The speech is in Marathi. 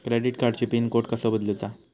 क्रेडिट कार्डची पिन कोड कसो बदलुचा?